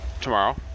tomorrow